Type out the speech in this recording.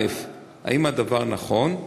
1. האם הדבר נכון?